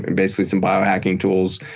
and basically some biohacking tools